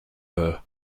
there